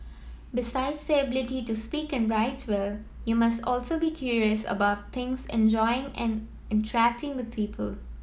besides the ability to speak and write well you must also be curious about things and enjoy in interacting with people